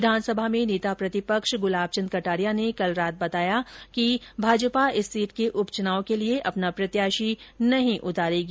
विधानसभा में नेता प्रतिपक्ष गुलाबचन्द कटारिया ने कल रात बताया कि पार्टी इस सीट के उप चुनाव के लिये अपना प्रत्याशी नहीं उतारेगी